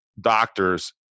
doctors